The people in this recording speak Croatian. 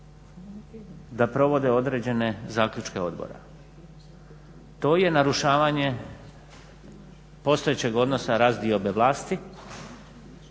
da provode određene zaključke odbora. To je narušavanje postojećeg odnosa razdiobe vlasti.